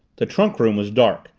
the trunk room was dark,